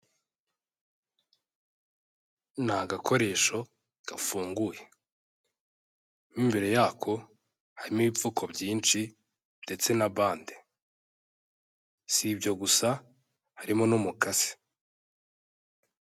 Ni agakoresho gafunguye, mo imbere yako harimo ibipfuko byinshi ndetse na bande, si ibyo gusa harimo n'umukasi.